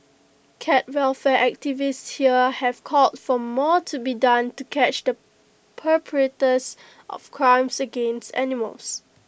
cat welfare activists here have called for more to be done to catch the perpetrators of crimes against animals